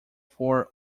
four